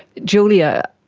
julia,